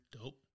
Dope